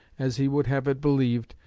as he would have it believed,